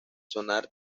sonar